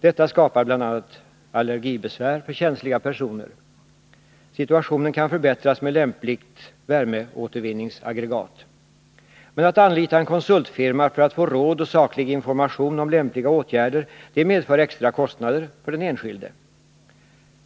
Detta skapar bl.a. allergibesvär för känsliga personer. Situationen kan förbättras med lämpligt värmeåtervinningsaggregat. Men att anlita en konsultfirma för att få råd och saklig information om lämpliga åtgärder medför extra kostnader för den enskilde.